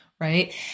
Right